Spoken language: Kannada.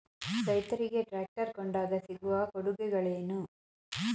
ರೈತರಿಗೆ ಟ್ರಾಕ್ಟರ್ ಕೊಂಡಾಗ ಸಿಗುವ ಕೊಡುಗೆಗಳೇನು?